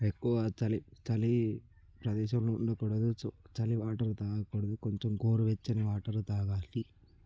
ఎక్కువ చలి చలి ప్రదేశంలో ఉండకూడదు చ చలి వాటర్ తాగకూడదు కొంచెం గోరు వెచ్చని వాటరు తాగాలి